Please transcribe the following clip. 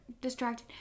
distracted